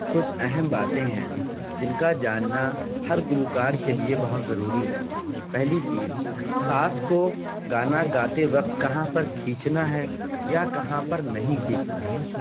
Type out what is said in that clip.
کچھ اہم باتیں ہیں جن کا جاننا ہر گلوکار کے لیے بہت ضروری ہے پہلی چیز سانس کو گانا گاتے وقت کہاں پر کھینچنا ہے یا کہاں پر نہیں کھینچنا ہے